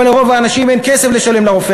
אבל לרוב האנשים אין כסף לשלם לרופא